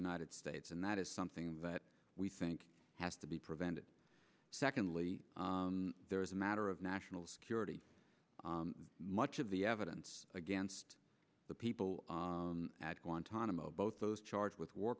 united states and that is something that we think has to be prevented secondly there is a matter of national security much of the evidence against the people at guantanamo both those charged with war